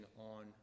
on